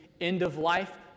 end-of-life